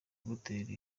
moteri